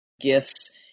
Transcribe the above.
gifts